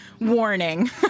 warning